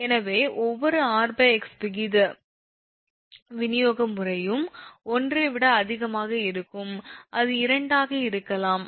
எனவே ஒவ்வொரு 𝑟𝑥 விகித விநியோக முறையும் 1 ஐ விட அதிகமாக இருக்கும் அது 2 ஆக இருக்கலாம்